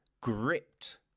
gripped